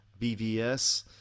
BVS